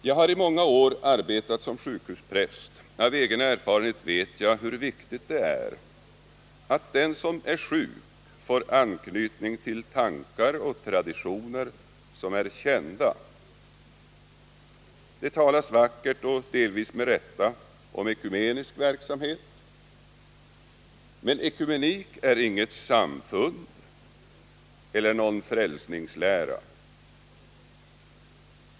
Jag har i många år arbetat som sjukhuspräst. Av egen erfarenhet vet jag hur viktigt det är att den som är sjuk får anknytning till tankar och traditioner som är kända. Det talas vackert — och delvis med rätta — om ekumenisk verksamhet, men ekumenik är inget samfund eller någon frälsningslära.